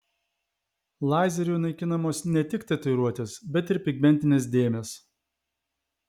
lazeriu naikinamos ne tik tatuiruotės bet ir pigmentinės dėmės